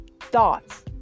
thoughts